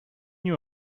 you